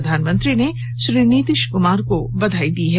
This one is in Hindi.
प्रधानमंत्री ने श्री नीतीश कुमार को बधाई दी है